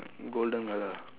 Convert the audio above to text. golden colour ah